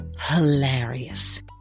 hilarious